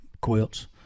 quilts